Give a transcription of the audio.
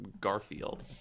Garfield